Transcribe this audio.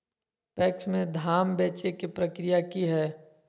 PACS में धाम बेचे के प्रक्रिया की हय?